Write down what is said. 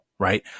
Right